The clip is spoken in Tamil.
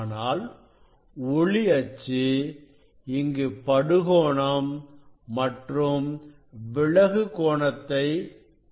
ஆனால் ஒளி அச்சு இங்கு படுகோணம் மற்றும் விலகு கோணத்தை தீர்மானிக்கிறது